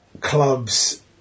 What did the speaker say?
clubs